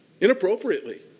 inappropriately